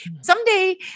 Someday